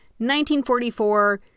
1944